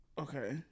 Okay